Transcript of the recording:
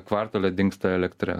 kvartale dingsta elektra